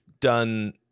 done